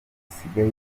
isigaye